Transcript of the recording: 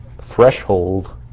threshold